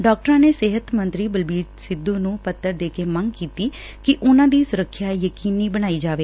ਡਾਕਟਰਾਂ ਨੇ ਸਿਹਤ ਮੰਤਰੀ ਬਲਬੀਰ ਸਿੱਧੁ ਨੂੰ ਪੱਤਰ ਦੇ ਕੇ ਮੰਗ ਕੀਤੀ ਕਿ ਉਨੂਾਂ ਦੀ ਸੁਰੱਖਿਆ ਯਕੀਨੀ ਬਣਾਈ ਜਾਵੇ